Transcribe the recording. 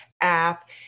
app